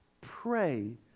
Pray